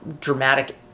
dramatic